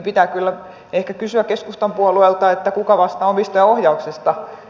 pitää kyllä kysyä keskustan puolueelta kuka vastaa omistajaohjauksesta